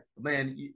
man